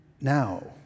now